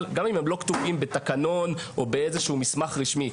גם אם הם לא כתובים בתקנון או באיזשהו מסמך רשמי.